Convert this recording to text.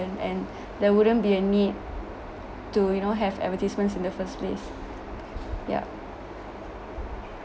and and there wouldn't be a need to you know have advertisements in the first place yeah